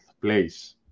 place